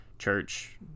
church